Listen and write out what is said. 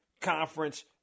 conference